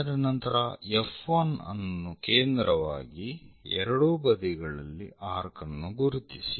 ಅದರ ನಂತರ F1 ಅನ್ನು ಕೇಂದ್ರವಾಗಿ ಎರಡೂ ಬದಿಗಳಲ್ಲಿ ಆರ್ಕ್ ಅನ್ನು ಗುರುತಿಸಿ